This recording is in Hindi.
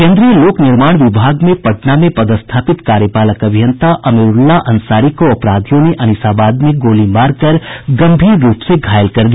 केन्द्रीय लोक निर्माण विभाग में पटना में पदस्थापित कार्यपालक अभियंता अमीरुल्लाह अंसारी को अपराधियों ने अनीसाबाद में गोली मारकर गंभीर रूप से घायल कर दिया